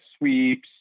sweeps